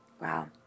Wow